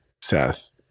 Seth